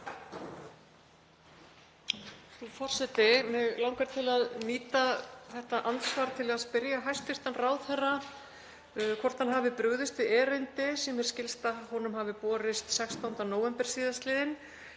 Forseti. Mig langar til að nýta þetta andsvar til að spyrja hæstv. ráðherra hvort hann hafi brugðist við erindi sem mér skilst að honum hafi borist 16. nóvember síðastliðinn